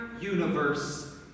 universe